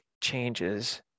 changes